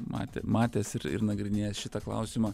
matę matęs ir ir nagrinėjęs šitą klausimą